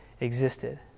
existed